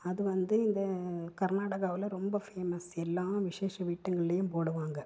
அது வந்து இந்த கர்நாடகாவில் ரொம்ப ஃபேமஸ் எல்லா விசேஷ வீடுங்கள்லையும் போடுவாங்க